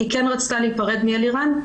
היא כן רצתה להיפרד מאלירן,